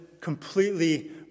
completely